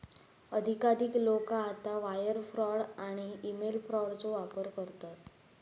अधिकाधिक लोका आता वायर फ्रॉड आणि ईमेल फ्रॉडचो वापर करतत